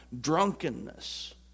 drunkenness